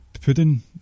pudding